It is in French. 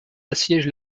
assiègent